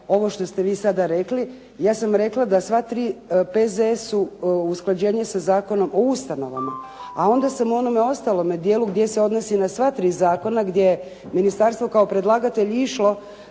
ovo što ste vi sada rekli. Ja sam rekla da sva tri P.Z.E. su usklađenje sa zakonom o ustanovama, a onda sam u onome ostalome dijelu gdje se odnosi na sva tri zakona, gdje je ministarstvo kao predlagatelj išlo